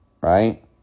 right